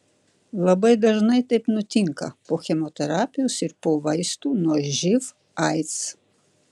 labai dažnai taip nutinka po chemoterapijos ir po vaistų nuo živ aids